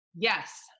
yes